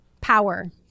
power